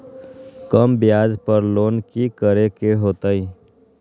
कम ब्याज पर लोन की करे के होतई?